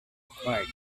required